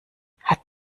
hat